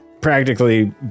practically